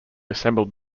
assembled